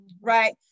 right